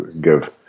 give